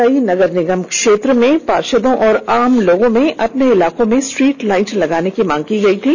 कई नगर निगम क्षेत्र के कई पार्षदों और आम लोगों में अपने इलाके में स्ट्रीट लाइट लगाने की मांग की थी